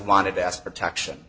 wanted to ask protection